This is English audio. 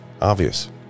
obvious